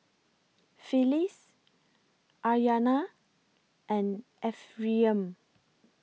Phyllis Aryana and Ephriam